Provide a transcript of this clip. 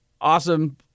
awesome